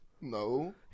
No